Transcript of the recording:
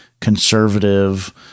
conservative